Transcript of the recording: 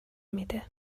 میده